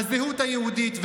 בזהות היהודית,